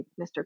Mr